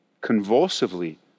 convulsively